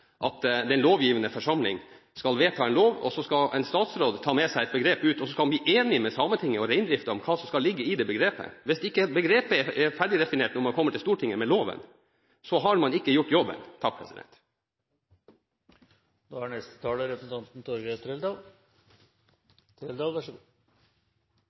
at den lovgivende forsamling skal vedta en lov, og så skal en statsråd ta med seg et begrep ut og bli enig med Sametinget og reindriften om hva som skal ligge i det begrepet. Hvis begrepet ikke er ferdig definert når man kommer til Stortinget med loven, har man ikke gjort jobben. Jeg har et spørsmål til statsråden. Det han sier, er